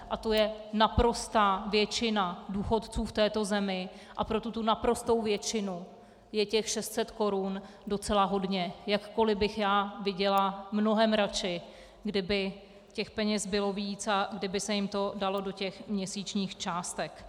A to je naprostá většina důchodců v této zemi a pro tuto naprostou většinu je těch 600 Kč docela hodně, jakkoli bych já viděla mnohem raději, kdyby těch peněz bylo víc a kdyby se jim to dalo do těch měsíčních částek.